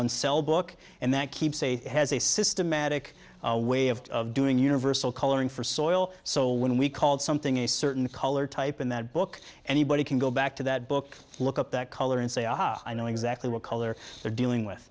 cell book and that keeps a has a systematic way of doing universal coloring for soil so when we called something a certain color type in that book anybody can go back to that book look at that color and say aha i know exactly what color they're dealing with